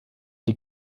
die